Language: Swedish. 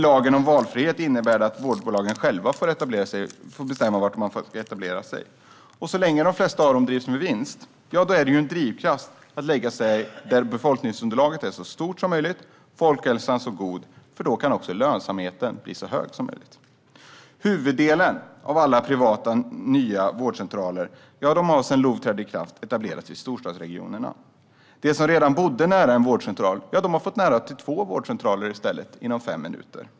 Lagen om valfrihet innebär att vårdbolagen själva får bestämma var de ska etablera sig, och så länge som de flesta av dem drivs med vinst som drivkraft så gör de det främst där befolkningsunderlaget är så stort som möjligt och folkhälsan god, för då kan också lönsamheten bli så hög som möjligt. Huvuddelen av alla nya privata vårdcentraler har sedan LOV trädde i kraft etablerats i storstadsregionerna. De som redan bodde nära en vårdcentral har nu fått två vårdcentraler mindre än fem minuter bort.